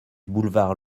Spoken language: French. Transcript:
boulevard